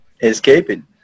escaping